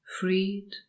freed